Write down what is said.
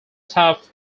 staff